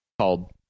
called